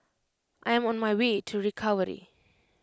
I am on my way to recovery